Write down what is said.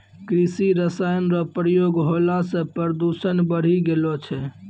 कृषि रसायन रो प्रयोग होला से प्रदूषण बढ़ी गेलो छै